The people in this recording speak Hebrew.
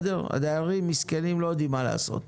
הדיירים מסכנים, לא יודעים מה לעשות,